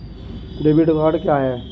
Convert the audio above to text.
Debit card क्या है?